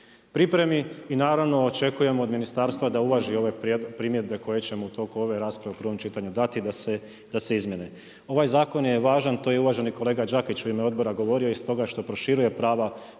pripremi i naravno, očekujemo od ministarstva da uvaži ove primjedbe koje ćemo u toku ove rasprave u prvom čitanju dati da se izmjene. Ovaj zakon je važan, to je uvaženi kolega Đakić u ime odbora govorio iz toga što proširuje prava